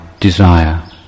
desire